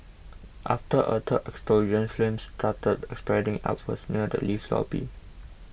after a third explosion flames started spreading upwards near the lift lobby